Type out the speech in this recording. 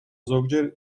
ზოგჯერ